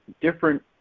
different